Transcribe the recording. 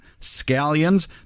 scallions